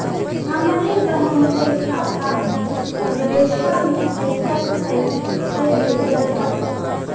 हमरे बहन के खाता मे विदेशवा मे पैसा कई से भेजल जाई?